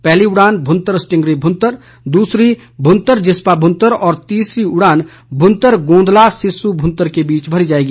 पहली उड़ान भूंतर स्टिंगरी मृंतर दूसरी भूंतर जिस्पा मृंतर और तीसरी उड़ान भूंतर गोंदला सिस्सू भूंतर के बीच भरी जाएगी